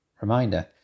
reminder